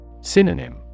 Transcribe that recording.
Synonym